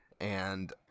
and-